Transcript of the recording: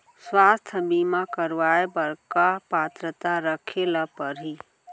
स्वास्थ्य बीमा करवाय बर का पात्रता रखे ल परही?